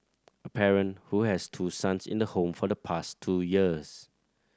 a parent who has two sons in the home for the past two years